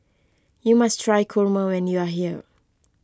you must try Kurma when you are here